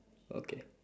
okay